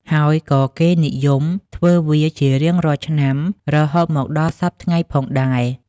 ហើយក៏គេនិយមធ្វើវាជារៀងរាល់ឆ្នាំរហូតមកដល់សព្វថ្ងៃផងដែរ។